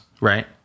right